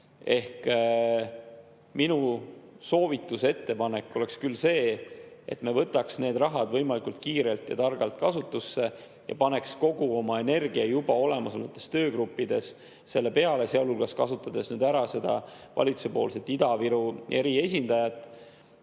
Minu soovitus ja ettepanek oleks küll see, et me võtaksime selle raha võimalikult kiirelt ja targalt kasutusse ja paneksime kogu oma energia juba olemasolevates töögruppides selle peale, sealhulgas kasutades nüüd ära valitsuse Ida-Viru eriesindajat,